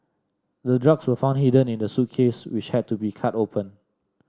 the drugs were found hidden in the suitcase which had to be cut open